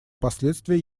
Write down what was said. последствия